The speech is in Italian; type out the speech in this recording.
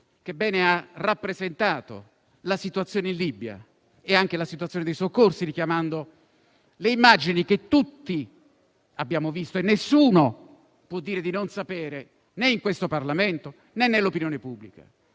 che bene ha rappresentato la situazione in Libia e anche la situazione dei soccorsi, ricordando le immagini che tutti abbiamo visto e nessuno può dire di non sapere, né in questo Parlamento né nell'opinione pubblica.